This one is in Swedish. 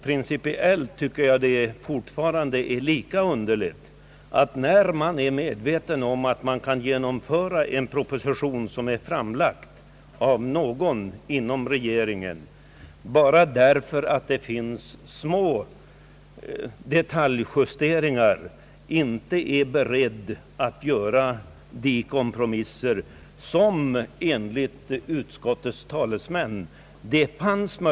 Principiellt tycker jag fortfarande att det är lika underligt att man inte är beredd att göra de kompromisser, som det enligt utskottets talesmän fanns möjligheter att göra, så att man kunnat genomföra den proposition som är framlagd av någon inom regeringen.